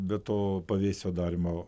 be to pavėsio darymo